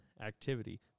activity